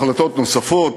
חבר הכנסת אחמד טיבי.